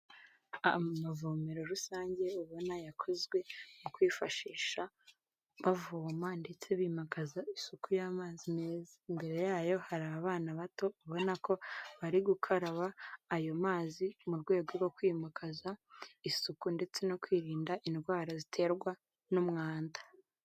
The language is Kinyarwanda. Amavomero rusange ubona yakozwe mu kwifashisha bavoma ndetse bimakaza isuku y'amazi meza, imbere yayo hari abana bato ubona ko bari gukaraba ayo mazi mu rwego rwo kwimakaza isuku, ndetse no kwirinda indwara ziterwa n'umwanda.